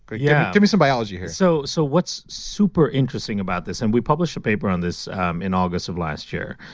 yeah give me some biology here so so what's super interesting about this, and we published a paper on this in august of last year,